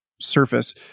surface